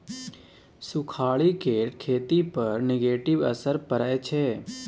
सुखाड़ि केर खेती पर नेगेटिव असर परय छै